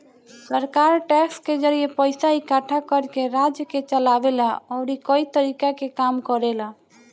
सरकार टैक्स के जरिए पइसा इकट्ठा करके राज्य के चलावे ला अउरी कई तरीका के काम करेला